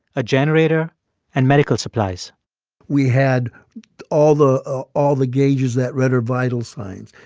a generator and medical supplies we had all the ah all the gauges that read her vital signs.